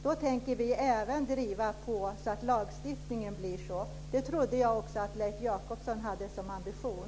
Då tänker vi även driva på så att lagstiftningen blir som vi vill. Det trodde jag att också Leif Jakobsson hade som ambition.